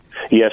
Yes